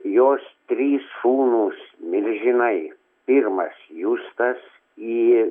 jos trys sūnūs milžinai pirmas justas į